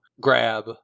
grab